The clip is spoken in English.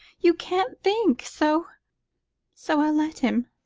you can't think, so so i let him.